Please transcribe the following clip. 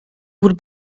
would